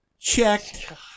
check